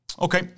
Okay